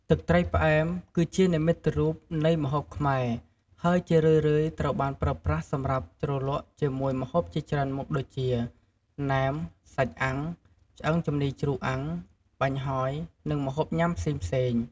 ទឹកត្រីផ្អែម គឺជានិមិត្តរូបនៃម្ហូបខ្មែរ ហើយជារឿយៗត្រូវបានប្រើប្រាស់សម្រាប់ជ្រលក់ជាមួយម្ហូបជាច្រើនមុខដូចជា ណែម សាច់អាំង ឆ្អឹងជំនីរជ្រូកអាំង បាញ់ហយនិងម្ហូបញាំផ្សេងៗ។